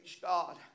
God